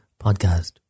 podcast